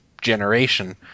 generation